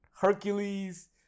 Hercules